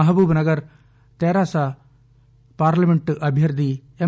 Mahabub Nagar TRS parliament అభ్యర్థి ఎం